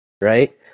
Right